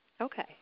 Okay